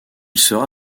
sera